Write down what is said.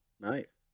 nice